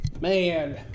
Man